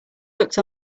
looked